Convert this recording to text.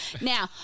Now